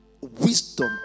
wisdom